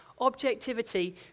Objectivity